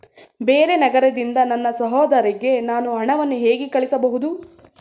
ಬೇರೆ ನಗರದಿಂದ ನನ್ನ ಸಹೋದರಿಗೆ ನಾನು ಹಣವನ್ನು ಹೇಗೆ ಕಳುಹಿಸಬಹುದು?